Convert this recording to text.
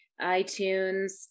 iTunes